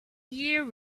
year